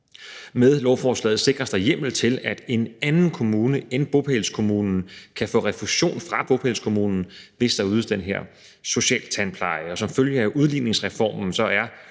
Med lovforslaget sikres der hjemmel til, at en anden kommune end bopælskommunen kan få refusion fra bopælskommunen, hvis der ydes den her socialtandpleje. Og som følge af udligningsreformen er